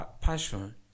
passion